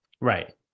Right